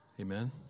Amen